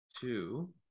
Two